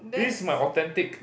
this is my authentic